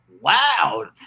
Wow